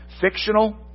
Fictional